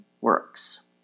works